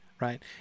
right